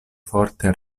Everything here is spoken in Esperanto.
forte